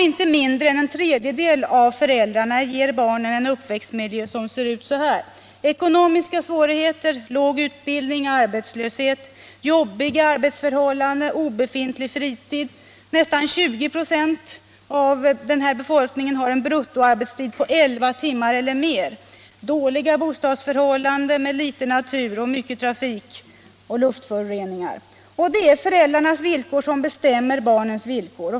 Inte mindre än en tredjedel av föräldrarna ger barnen en uppväxtmiljö som ser ut så här: ekonomiska svårigheter, låg utbildning, arbetslöshet, jobbiga arbetsförhållanden, obefintlig fritid — nästan 20 96 av den här befolkningen har en bruttoarbetstid på 11 timmar eller mer —, dåliga bostadsförhållanden med litet natur och mycket trafik samt luftföroreningar. Det är föräldrarnas villkor som bestämmer barnens villkor.